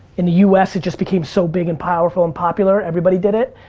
in the u s, it just became so big and powerful and popular, everybody did it.